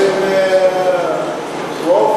כבוד היושב-ראש,